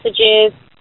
messages